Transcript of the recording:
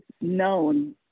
known